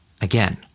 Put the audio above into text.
Again